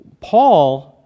Paul